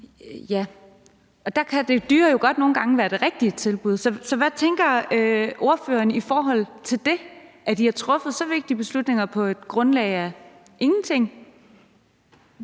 og der kan det dyre tilbud jo nogle gange godt være det rigtige. Så hvad tænker ordføreren i forhold til det, at I har truffet nogle beslutninger, der er så vigtige, på et grundlag af ingenting?